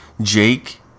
Jake